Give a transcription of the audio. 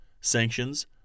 sanctions